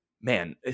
man